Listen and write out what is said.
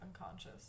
unconscious